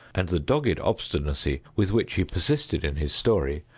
and the dogged obstinacy with which he persisted in his story,